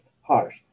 harsh